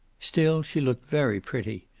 still, she looked very pretty,